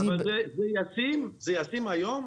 זה ישים היום?